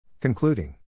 Concluding